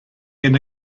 yna